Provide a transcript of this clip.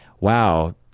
Wow